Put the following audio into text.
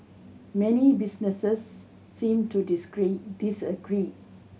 many businesses seem to disagree